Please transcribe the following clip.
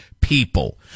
people